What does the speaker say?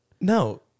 No